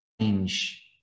change